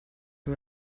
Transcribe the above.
who